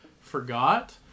forgot